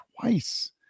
twice